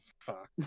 Fuck